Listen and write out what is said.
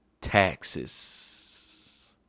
Taxes